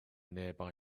nearby